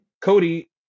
Cody